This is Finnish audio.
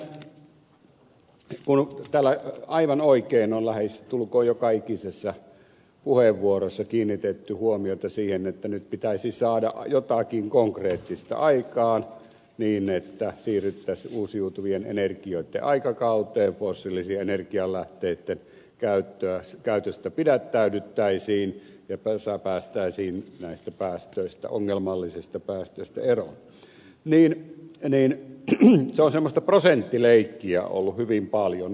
nimittäin kun täällä aivan oikein on lähestulkoon joka ikisessä puheenvuorossa kiinnitetty huomiota siihen että nyt pitäisi saada jotakin konkreettista aikaan niin että siirryttäisiin uusiutuvien energioitten aikakauteen fossiilisten energialähteitten käytöstä pidättäydyttäisiin ja päästäisiin näistä ongelmallisista päästöistä eroon niin se on semmoista prosenttileikkiä ollut hyvin paljon